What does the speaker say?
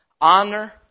honor